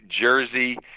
Jersey